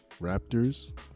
Raptors